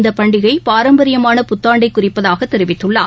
இந்தப் பண்டிகை பாரம்பரியமான புத்தாண்டை குறிப்பதாக தெரிவித்துள்ளார்